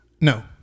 No